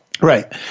right